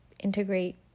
integrate